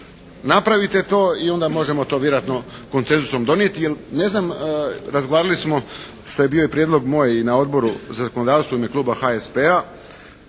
napravite to i onda možemo to vjerojatno koncenzus donijeti. Jer ne znam, razgovarali smo što je i bio prijedlog moj na Odboru za zakonodavstvo u ime kluba HSP-a.